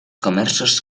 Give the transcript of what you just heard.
comerços